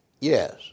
Yes